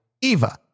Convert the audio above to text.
Eva